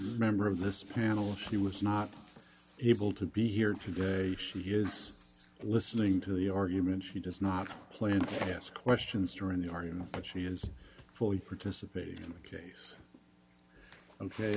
member of this panel she was not able to be here today she is listening to the argument she does not plan to ask questions during the argument but she is fully participating in the case ok